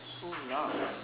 so loud